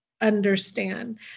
understand